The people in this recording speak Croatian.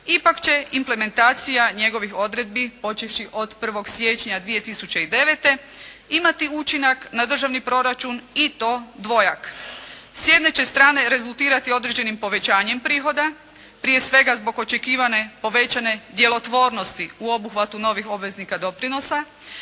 ipak će implementacija njegovih odredbi počevši od 1. siječnja 2009. imati učinak na državni proračun i to dvojak. S jedne će strane rezultirati određenim povećanjem prihoda prije svega zbog očekivane povećane djelotvornosti u obuhvatu novih obveznika doprinosa,